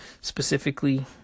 specifically